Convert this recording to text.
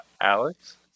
Alex